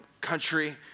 country